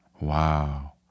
Wow